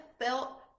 felt